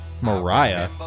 Mariah